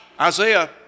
Isaiah